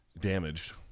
damaged